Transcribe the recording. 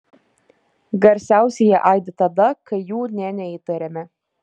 garsiausiai jie aidi tada kai jų nė neįtariame